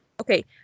Okay